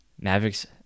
Mavericks